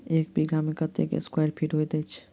एक बीघा मे कत्ते स्क्वायर फीट होइत अछि?